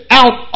out